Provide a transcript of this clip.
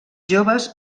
joves